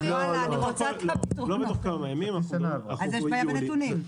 אם לא אז יש בעיה בנתונים.